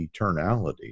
eternality